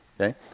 okay